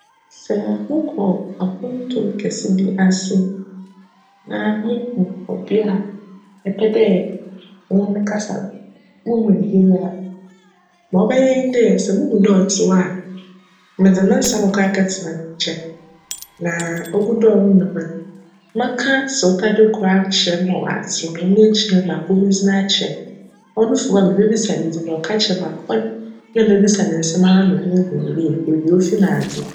Sj mokc apontu kjse bi ase na muhu obi a mepj dj menye no kasa muhu no yie a, ma cbjyj nye dj, sj muhu dj ctse hc a, medze me nsa bckc akjtsena ne nkyjn na ogudo a cronom no, mebjka serew tadwe kor akyerj no ma caserew na cno ekyir no m'abc me dzin akyerj no. Cno fi hc a mebebisa ne dzin na cka kyerj me a, hc no na mebebisa no nsjm dze ehu beebi a ofi n'adze.